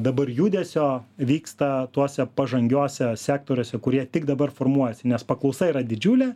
dabar judesio vyksta tuose pažangiuose sektoriuose kurie tik dabar formuojasi nes paklausa yra didžiulė